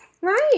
Right